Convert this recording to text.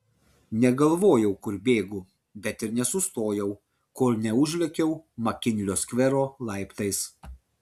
negalvojau kur bėgu bet ir nesustojau kol neužlėkiau makinlio skvero laiptais